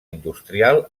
industrial